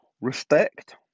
respect